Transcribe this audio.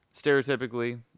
stereotypically